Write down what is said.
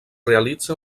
realitza